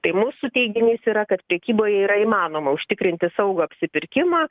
tai mūsų teiginys yra kad prekyboje yra įmanoma užtikrinti saugų apsipirkimą